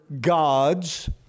gods